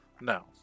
No